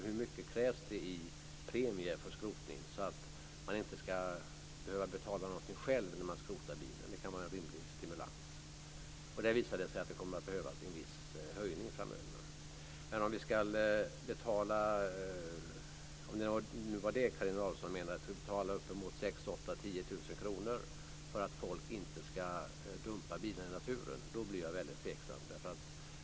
Hur mycket krävs det i premie för skrotning så att man inte ska behöva betala någonting själv när man skrotar bilen? Det kan vara en rimlig stimulans. Där visar det sig att det kommer att behövas en viss höjning framöver. Men om Carina Adolfsson menar att vi ska betala uppemot 6 000-10 000 kr för att folk inte ska dumpa bilar i naturen så blir jag väldigt tveksam.